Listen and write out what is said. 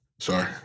Sorry